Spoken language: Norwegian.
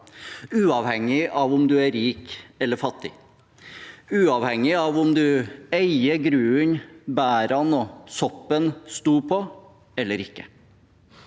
uavhengig av om man er rik eller fattig, uavhengig av om man eier grunnen som bærene og soppen sto på, eller ikke.